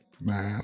Man